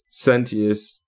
Sentius